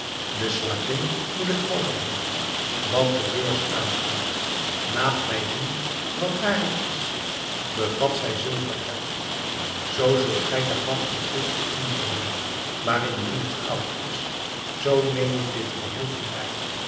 de slavin moet ik half hebben wat de beurs aangaat laat mij zien wat daarin is bevat zij zilvergeld zoo zult gij daarvan een stuk voor u nemen maar indien het goud is zoo neem ik dit geheel voor mij